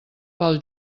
pel